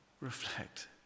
reflect